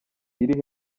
iri